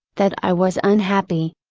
that i was unhappy.